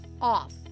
off